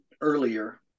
earlier